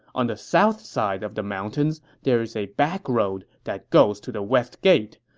on the south side of the mountains, there is a back road that goes to the west gate.